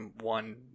one